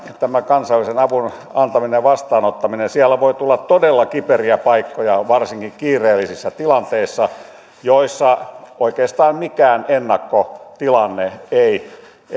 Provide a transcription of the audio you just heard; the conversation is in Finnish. tämä kansainvälisen avun antaminen ja vastaanottaminen siellä voi tulla todella kiperiä paikkoja varsinkin kiireellisissä tilanteissa joissa oikeastaan mikään ennakkotilanne ei